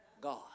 God